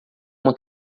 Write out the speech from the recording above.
uma